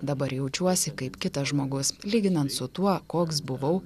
dabar jaučiuosi kaip kitas žmogus lyginant su tuo koks buvau